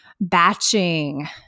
batching